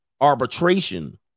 arbitration